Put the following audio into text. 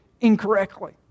incorrectly